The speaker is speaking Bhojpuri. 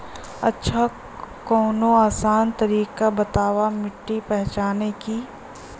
अच्छा कवनो आसान तरीका बतावा मिट्टी पहचाने की?